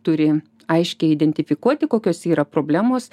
turi aiškiai identifikuoti kokios yra problemos